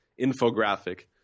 infographic